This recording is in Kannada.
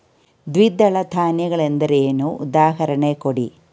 ದ್ವಿದಳ ಧಾನ್ಯ ಗಳೆಂದರೇನು, ಉದಾಹರಣೆ ಕೊಡಿ?